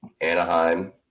Anaheim